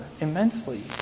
immensely